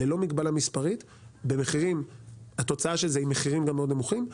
ללא מגבלה מספרית ובמחירים מאוד נמוכים.